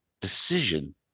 decision